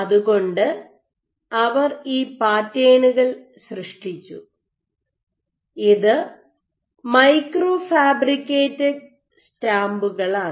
അതുകൊണ്ട് അവർ ഈ പാറ്റേണുകൾ സൃഷ്ടിച്ചു ഇത് മൈക്രോ ഫാബ്രിക്കേറ്റഡ് സ്റ്റാമ്പുകളാണ്